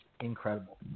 incredible